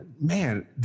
man